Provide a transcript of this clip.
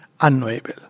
unknowable